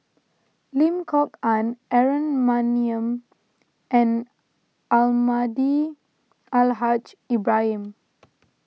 Lim Kok Ann Aaron Maniam and Almahdi Al Haj Ibrahim